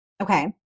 Okay